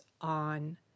on